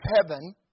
heaven